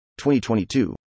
2022